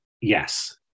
Yes